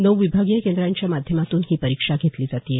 नऊ विभागीय केंद्रांच्या माध्यमातून ही परिक्षा घेतली जात आहे